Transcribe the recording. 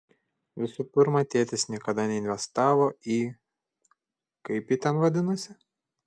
visų pirma tėtis niekada neinvestavo į kaip ji ten vadinosi